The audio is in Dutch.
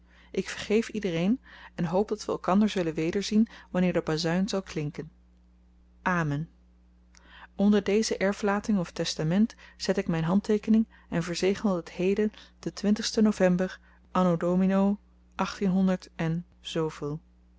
ik vergeef iedereen en hoop dat we elkander zullen wederzien wanneer de bazuin zal klinken amen onder deze erflating of testament zet ik mijn handteekening en verzegel het heden den sten november anno domino